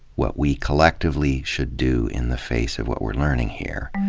what we collectively should do in the face of what we're learning here.